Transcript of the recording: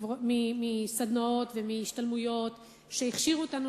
הכשר מסדנאות ומהשתלמויות שהכשירו אותנו